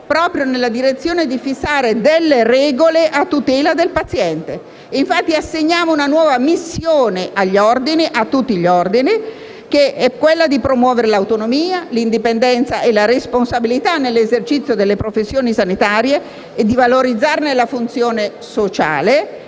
proprio nella direzione di fissare delle regole a tutela del paziente. Infatti, assegniamo a tutti gli ordini una nuova missione che è quella di promuovere l'autonomia, l'indipendenza e la responsabilità nell'esercizio delle professioni sanitarie e di valorizzarne la funzione sociale